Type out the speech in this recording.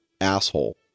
Asshole